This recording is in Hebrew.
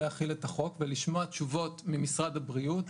להחיל את החוק ולשמוע תשובות ממשרד הבריאות,